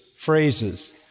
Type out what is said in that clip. phrases